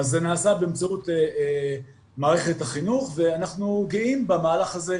זה נעשה באמצעות מערכת החינוך ואנחנו גאים במהלך הזה,